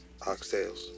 oxtails